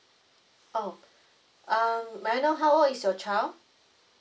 oh um may I know how old is your child